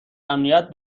امنیت